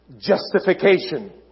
justification